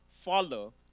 follow